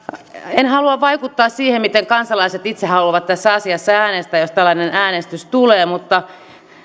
en halua vaikuttaa siihen miten kansalaiset itse haluavat tässä asiassa äänestää jos tällainen äänestys tulee mutta